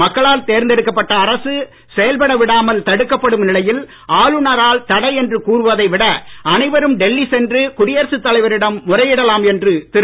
மக்களால் தேர்ந்தெடுக்கப்பட்ட அரசு செயல்பட விடாமல் தடுக்கப்படும் நிலையில் ஆளுநரால் தடை என்று கூறுவதை விட அனைவரும் டெல்லி சென்று குடியரசுத் தலைவரிடம் முறையிடலாம் என்று திரு